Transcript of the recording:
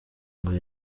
ngo